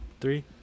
three